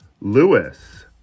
Lewis